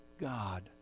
God